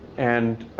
and